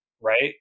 Right